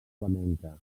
flamenca